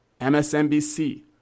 MSNBC